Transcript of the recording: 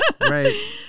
Right